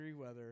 weather